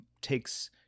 takes